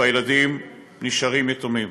והילדים נשארים יתומים.